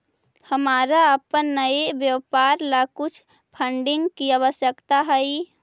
हमारा अपन नए व्यापार ला कुछ फंडिंग की आवश्यकता हई